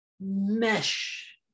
mesh